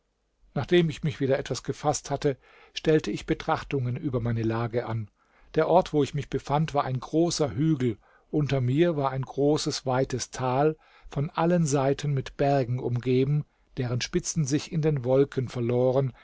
nachdem ich mich wieder etwas gefaßt hatte stellte ich betrachtungen über meine lage an der ort wo ich mich befand war ein großer hügel unter mir war ein großes weites tal von allen seiten mit bergen umgeben deren spitzen sich in den wolken verloren